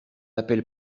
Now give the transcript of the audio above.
appelle